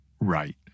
Right